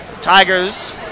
Tigers